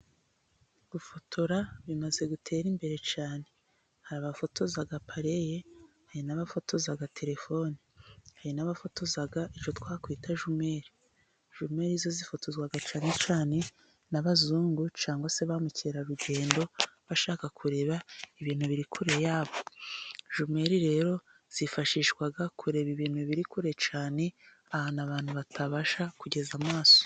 Gufotora bimaze gutera imbere cyane, hari abafotoza pareye, hari n'abafotoza telefoni, hari n'abafotoza icyo twakwita jomeri. Jomeri zifotozwa cyane cyane n'abazungu cyangwa se ba mukerarugendo, bashaka kureba ibintu biri kure yabo. Jomeri rero zifashishwa mu kureba ibintu biri kure cyane ahantu abantu batabasha kugeza amaso.